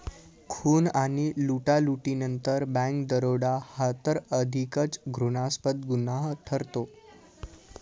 खून आणि लुटालुटीनंतर बँक दरोडा हा तर अधिकच घृणास्पद गुन्हा ठरतो